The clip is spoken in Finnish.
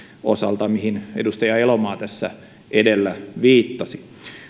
osalta mihin edustaja elomaa tässä edellä viittasi